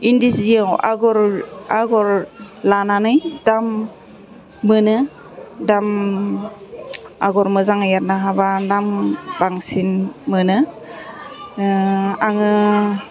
इन्दि जियाव आग'र आग'र लानानै दाम मोनो दाम आग'र मोजां एरनो हाबा दाम बांसिन मोनो आङो